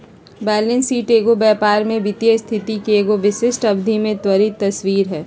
balance sheet एगो व्यापार के वित्तीय स्थिति के एगो विशिष्ट अवधि में त्वरित तस्वीर हइ